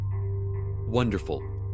Wonderful